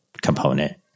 component